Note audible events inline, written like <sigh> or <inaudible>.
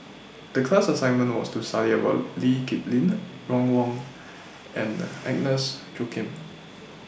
The class assignment was to study about Lee Kip Lin Ron Wong <noise> and Agnes Joaquim